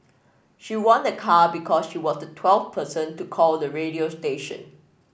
she won a car because she was the twelfth person to call the radio station